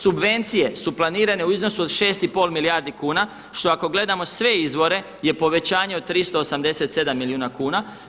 Subvencije su planirane u iznosu od 6,5 milijardi kuna što ako gledamo sve izvore je povećanje od 387 milijuna kuna.